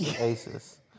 Aces